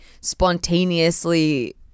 spontaneously